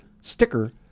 sticker